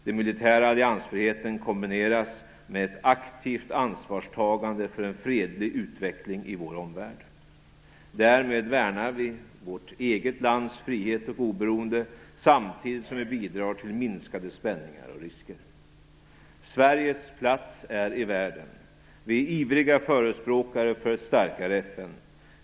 Den militära alliansfriheten kombineras med ett aktivt ansvarstagande för en fredlig utveckling i vår omvärld. Därmed värnar vi vårt eget lands frihet och oberoende, samtidigt som vi bidrar till minskade spänningar och risker. Sveriges plats är i världen. Vi är ivriga förespråkare för ett starkare FN.